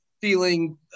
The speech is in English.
feeling